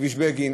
כביש בגין,